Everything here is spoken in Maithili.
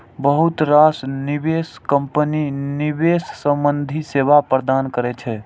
बहुत रास निवेश कंपनी निवेश संबंधी सेवा प्रदान करै छै